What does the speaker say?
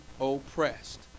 oppressed